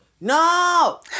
no